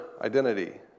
identity